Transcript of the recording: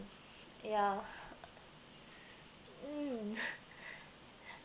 yeah mm